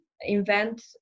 invent